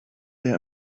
der